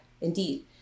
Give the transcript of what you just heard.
Indeed